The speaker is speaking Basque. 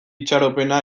itxaropena